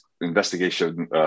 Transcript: investigation